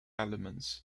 elements